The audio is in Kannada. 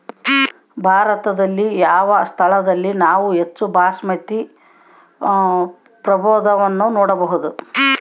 ಭಾರತದಲ್ಲಿ ಯಾವ ಸ್ಥಳದಲ್ಲಿ ನಾವು ಹೆಚ್ಚು ಬಾಸ್ಮತಿ ಪ್ರಭೇದವನ್ನು ನೋಡಬಹುದು?